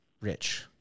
rich